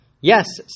yes